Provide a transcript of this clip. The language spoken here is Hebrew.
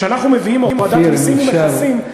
כשאנחנו מביאים הורדת מסים ומכסים,